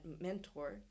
mentor